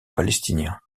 palestinien